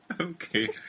Okay